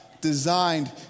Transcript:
designed